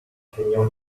feignant